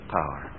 power